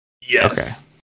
Yes